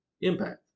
impact